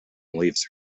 leaves